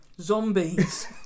zombies